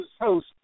host